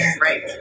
Right